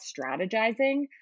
strategizing